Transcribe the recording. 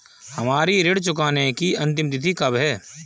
हमारी ऋण चुकाने की अंतिम तिथि कब है?